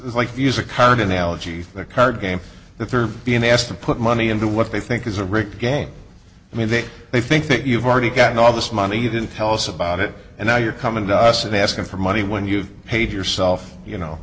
like use a card analogy the card game that they are being asked to put money into what they think is a rigged game i mean they they think that you've already gotten all this money you didn't tell us about it and now you're coming to us and asking for money when you've paid yourself you know